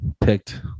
picked